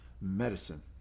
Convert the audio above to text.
medicine